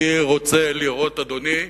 אני רוצה לראות, אדוני,